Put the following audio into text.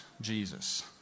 Jesus